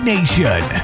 Nation